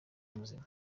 ubuzima